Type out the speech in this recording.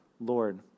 Lord